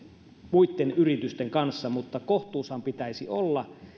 muitten yritysten kanssa mutta kohtuushan pitäisi olla